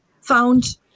found